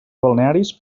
balnearis